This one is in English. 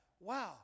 wow